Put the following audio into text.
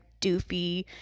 doofy